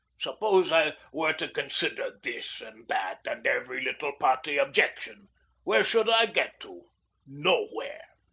suppose i were to consider this and that, and every little potty objection where should i get to nowhere!